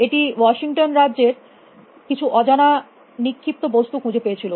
এটি ওয়াশিংটন রাজ্যের এর কিছু অজানা নিক্ষিপ্ত বস্তু খুঁজে পেয়েছিল